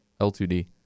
L2D